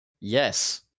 Yes